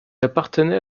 appartenait